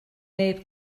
neb